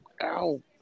ow